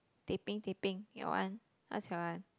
teh peng teh peng your one what's your one